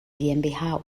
gmbh